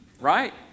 right